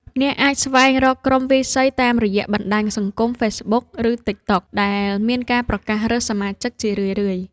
អ្នកអាចស្វែងរកក្រុមវាយសីតាមរយៈបណ្ដាញសង្គម ហ្វេសប៊ុក ឬទិកតុក ដែលមានការប្រកាសរើសសមាជិកជារឿយៗ។